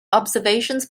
observations